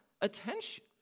attention